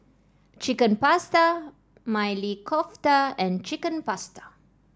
Chicken Pasta Maili Kofta and Chicken Pasta